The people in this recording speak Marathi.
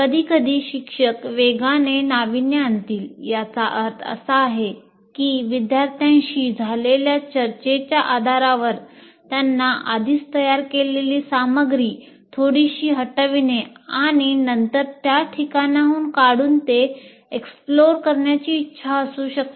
कधीकधी शिक्षक वेगाने नाविन्य आणतील याचा अर्थ असा आहे की विद्यार्थ्यांशी झालेल्या चर्चेच्या आधारावर त्यांना आधीच तयार केलेली सामग्री थोडीशी हटविणे आणि नंतर त्या ठिकाणाहून काढून ते एक्सप्लोर करण्याची इच्छा असू शकते